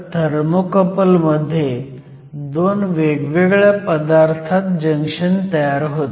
thermocouple मध्ये 2 वेगवेगळ्या पदार्थात जंक्शन तयार होते